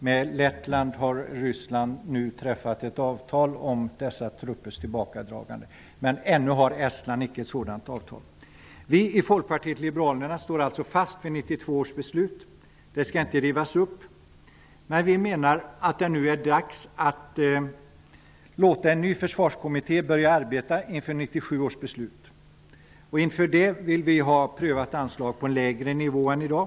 Med Lettland har Ryssland nu träffat ett avtal om truppernas tillbakadragande, men Estland har ännu inte ett sådant avtal. Vi i Folkpartiet liberalerna står alltså fast vi 1992 års beslut. Det skall inte rivas upp, men vi menar att det nu är dags att låta en ny försvarskommitté börja arbeta inför 1997 års beslut. Inför det vill vi pröva ett anslag på en lägre nivå än i dag.